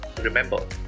remember